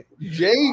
Jay